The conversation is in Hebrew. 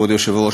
כבוד היושב-ראש,